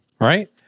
right